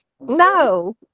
No